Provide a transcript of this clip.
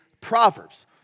Proverbs